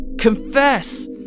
Confess